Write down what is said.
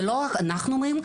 זה לא רק אנחנו אומרים.